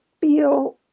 feel